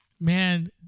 Man